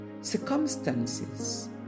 circumstances